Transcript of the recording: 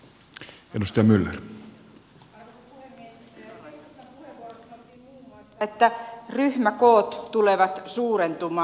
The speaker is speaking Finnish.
keskustan puheenvuorossa sanottiin muun muassa että ryhmäkoot tulevat suurentumaan